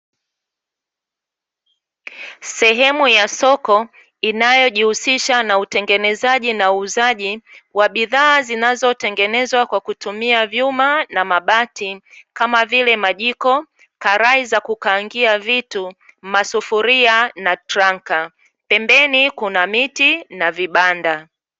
Sehemu ya soko, inayojihusisha na utengenezaji na uuzaji wa bidhaa zinazotengenezwa kwa kutumia vyuma na mabati, kama vile; majiko, karai za kukaangia vitu, masufuria na tranka. Pembeni kuna miti na vibanda.